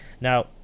Now